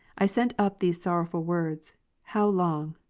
i sent up these sorrowful words how long?